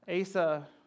Asa